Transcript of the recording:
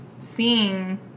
seeing